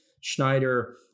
Schneider